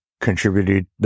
contributed